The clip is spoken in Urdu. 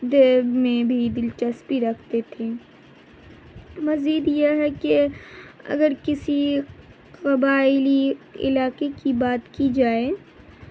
میں بھی دلچسپی رکھتے تھے مزید یہ ہے کہ اگر کسی قبائلی علاقے کی بات کی جائے